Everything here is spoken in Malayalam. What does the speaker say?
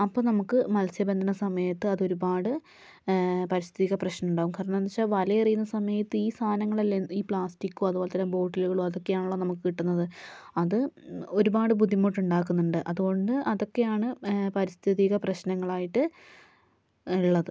അപ്പം നമുക്ക് മത്സ്യബന്ധന സമയത്ത് അതൊരുപാട് പരിസ്ഥിതി പ്രശ്നമുണ്ടാക്കും കാരണം എന്താച്ചാൽ വലയെറിയുന്ന സമയത്ത് ഈ സാധനങ്ങൾ അല്ലേ ഈ പ്ലാസ്റ്റിക് അതുപോലെത്തന്നെ ഈ ബോട്ടിലുകളും അതൊക്കെയാണല്ലോ നമുക്ക് കിട്ടുന്നത് അത് ഒരുപാട് ബുദ്ധിമുട്ടുണ്ടാക്കുന്നുണ്ട് അതുകൊണ്ട് അതൊക്കെയാണ് പരിസ്ഥിതി പ്രശ്നങ്ങളായിട്ട് ഉള്ളത്